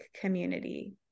community